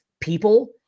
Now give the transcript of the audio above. people